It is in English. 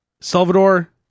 Salvador